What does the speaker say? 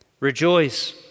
Rejoice